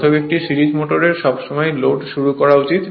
অতএব একটি series motor সবসময় লোড শুরু করা উচিত